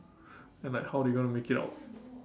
and like how they gonna make it out